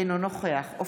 אינו נוכח דוד אמסלם,